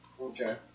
Okay